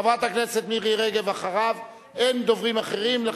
חברת הכנסת מירי רגב, ואחריה אין דוברים אחרים.